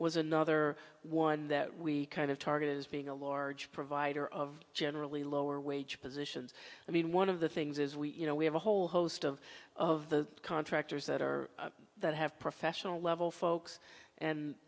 was another one that we kind of target as being a large provider of generally lower wage positions i mean one of the things is we you know we have a whole host of of the contractors that are that have professional level folks and